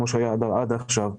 כמו שהיה עד עכשיו.